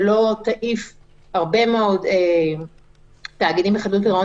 שלא תעיף הרבה מאוד תאגידים בחדלות פירעון